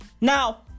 Now